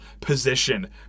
position